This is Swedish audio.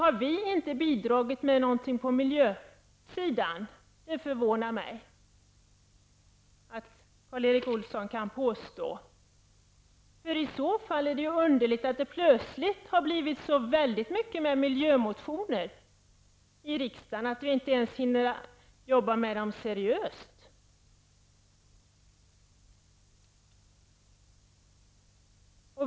Det förvånar mig att Karl Erik Olsson kan påstå att vi inte har bidragit med något på miljösidan. I så fall är det ju underligt att det plötsligt blivit så många miljömotioner i riksdagen att vi inte ens hinner arbeta med dem seriöst.